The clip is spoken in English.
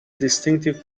distinctive